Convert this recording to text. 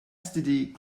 std